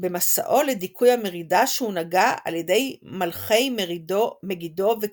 במסעו לדיכוי המרידה שהונהגה על ידי מלכי מגידו וקדש.